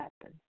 happen